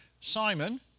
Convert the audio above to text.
Simon